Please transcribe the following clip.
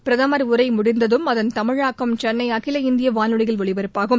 பிரதமர் உரை முடிந்ததும் அதன் தமிழாக்கம் சென்னை அகில இந்திய வானொலியில் ஒலிபரப்பாகும்